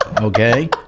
Okay